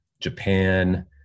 Japan